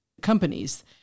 companies